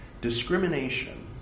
discrimination